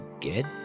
good